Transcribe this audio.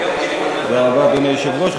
אדוני היושב-ראש,